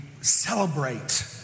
celebrate